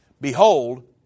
Behold